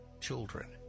children